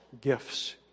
gifts